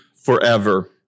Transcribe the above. forever